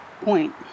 point